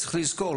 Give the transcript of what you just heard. צריך לזכור,